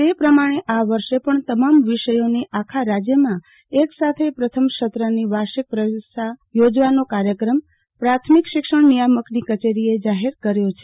તે પ્રમાણે આ વર્ષ પણ તમામ વિષયોની આપવા રાજ્યમાં એક સાથે પ્રથમ સત્રની વાર્ષિક પરીક્ષા યોજવાનો કાર્યક્રમ પ્રાથમિક શિક્ષણ નિયામક કચેરીએ જાહેર કાર્ય છે